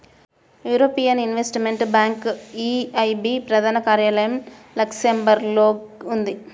European investment bank EIB ప్రధాన కార్యాలయం లక్సెంబర్గ్లో ఉంది